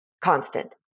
constant